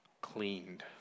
cleaned